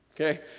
okay